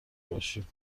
باشیم